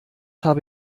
habe